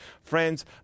Friends